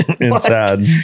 Inside